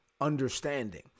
understanding